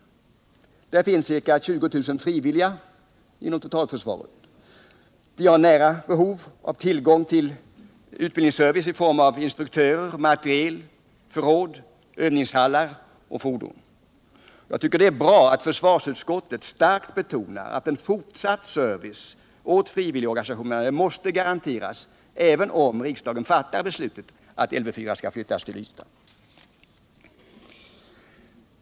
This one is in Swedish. Där finns ca 20000 frivilliga inom totalförsvaret. De har behov av nära tillgång till utbildningsservice i form av instruktörer, materiel, förråd, övningshallar och fordon. Jag tycker det är bra att försvarsutskottet starkt betonar att fortsatt service åt frivilligorganisationerna måste garanteras även om riksdagen fattar beslutet att Lv 4 skall flyttas till Ystad.